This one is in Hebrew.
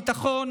הביטחון,